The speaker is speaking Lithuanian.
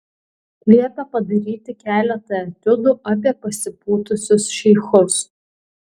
liepė padaryti keletą etiudų apie pasipūtusius šeichus